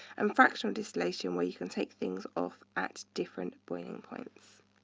and fractional distillation where you can take things off at different boiling points.